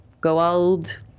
go-old